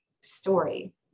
story